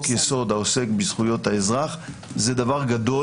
יסוד העוסק בזכויות האזרח זה דבר גדול.